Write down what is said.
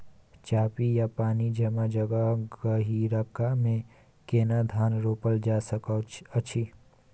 चापि या पानी जमा जगह, गहिरका मे केना धान रोपल जा सकै अछि?